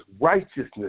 righteousness